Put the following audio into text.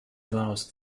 allows